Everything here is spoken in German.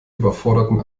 überforderten